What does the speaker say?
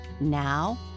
Now